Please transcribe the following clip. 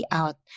out